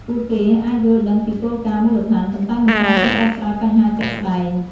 ពួកគេអាចយល់ដឹងពីគោលការណ៍មូលដ្ឋាន ប៉ុន្តែមិនទាន់ចេះដោះស្រាយបញ្ហាជាក់ស្តែង។